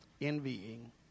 envying